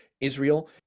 Israel